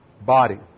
body